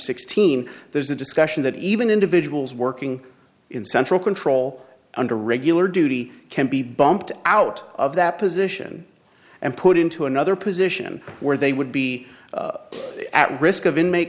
sixteen there's a discussion that even individuals working in central control under regular duty can be bumped out of that position and put into another position where they would be at risk of in ma